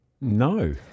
No